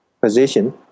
position